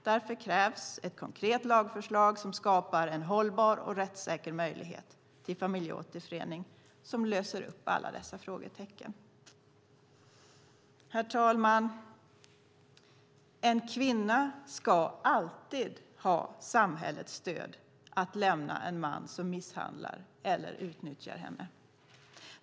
Därför krävs ett konkret lagförslag som skapar en hållbar och rättssäker möjlighet till familjeåterförening som löser upp alla dessa frågetecken. Herr talman! En kvinna ska alltid ha samhällets stöd att lämna en man som misshandlar eller utnyttjar henne.